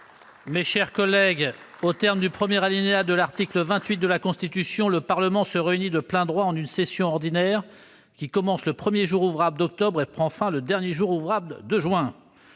Mes chers collègues, aux termes du premier alinéa de l'article 28 de la Constitution, « le Parlement se réunit de plein droit en une session ordinaire qui commence le premier jour ouvrable d'octobre et prend fin le dernier jour ouvrable de juin